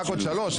רק עוד שלוש?